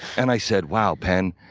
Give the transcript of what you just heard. and i said, wow, penn,